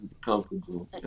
Comfortable